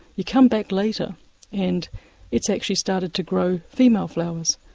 you come back later and it's actually started to grow female flowers.